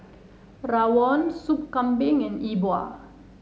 Rawon Sup Kambing and E Bua